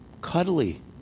Cuddly